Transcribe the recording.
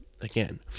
again